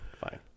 Fine